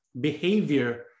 behavior